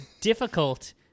difficult